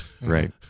Right